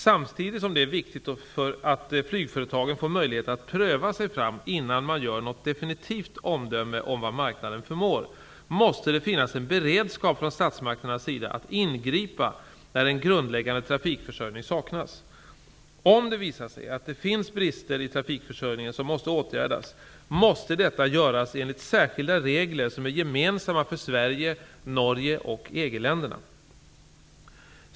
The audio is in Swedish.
Samtidigt som det är viktigt att flygföretagen får möjlighet att pröva sig fram innan man gör något definitivt omdöme om vad marknaden förmår måste det finnas en beredskap från statsmakternas sida att ingripa när en grundläggande trafikförsörjning saknas. Om det visar sig att det finns brister i trafikförsörjningen som måste åtgärdas måste detta göras enligt särskilda regler som är gemensamma för Sverige, Norge och EG-länderna.